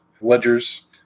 ledgers